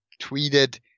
tweeted